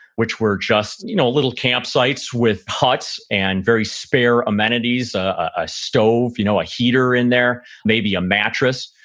which were just you know little campsites with huts and very spare amenities, a stove, you know a heater in there, maybe a mattress,